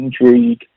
intrigue